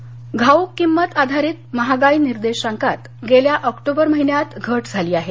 महागाई घाऊक किंमत आधारित महागाई निर्देशांकात गेल्या ऑक्टोबर महिन्यात घट झाली आहे